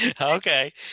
Okay